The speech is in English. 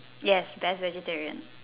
yes that's vegetarian